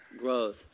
growth